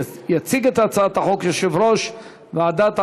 יציג את הצעת החוק יושב-ראש ועדת העבודה,